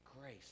Grace